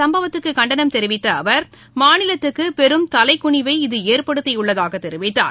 சம்பவத்துக்கு கண்டனம் தெரிவித்த அவர் மாநிலத்துக்கு பெரும் தலைக்குனிவை இக இந்த ஏற்படுத்தியுள்ளதாகக் தெரிவித்தார்